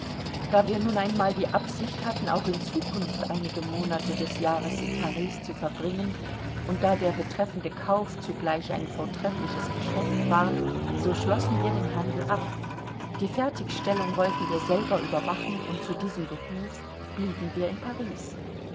da wir nun einmal die absicht hatten auch in zukunft einige monate des jahres in paris zu verbringen und da der betreffende kauf zugleich ein vortreffliches geschäft war so schlossen wir den handel ab die fertigstellung wollten wir selber überwachen und zu diesem behuf blieben wir in paris